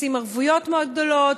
לשים ערבויות מאוד גדולות,